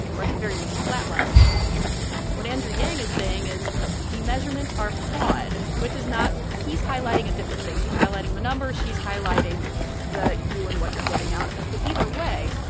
or at the very least, flatlined in recent years what andrew yang is saying is the measurements are flawed, which is not he's highlighting a different thing. he's highlighting the numbers. she's highlighting the you and what you're getting out of it. but either way,